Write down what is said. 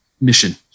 mission